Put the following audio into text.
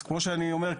אז כמו שאני אומר,